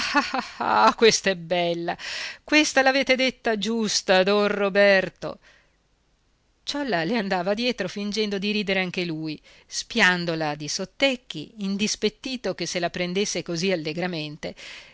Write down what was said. ah questa è bella questa l'avete detta giusta don roberto ciolla le andava dietro fingendo di ridere anche lui spiandola di sottecchi indispettito che se la prendesse così allegramente